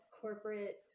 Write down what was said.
corporate